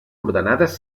ordenades